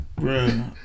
Bruh